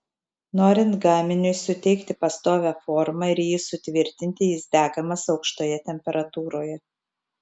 norint gaminiui suteikti pastovią formą ir jį sutvirtinti jis degamas aukštoje temperatūroje